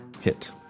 Hit